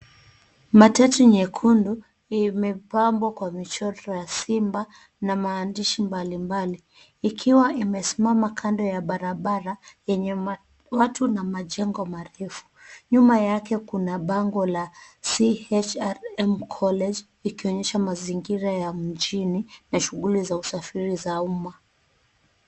Matatu nyekundu imepambwa kwa michoro wa simba na maandishi mbali mbali ikiwa imesimama kando ya barabara yenye watu na majengo marefu. Nyuma yake kuna bango la CHRM Collage ikionyesha mazingira ya mjini na shughuli za usafiri za umma.